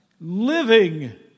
living